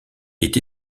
est